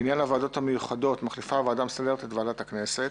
לעניין הוועדות המיוחדות מחליפה הוועדה המסדרת את ועדת הכנסת,